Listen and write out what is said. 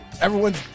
everyone's